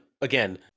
again